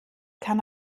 kann